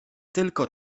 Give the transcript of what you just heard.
tylko